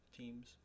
teams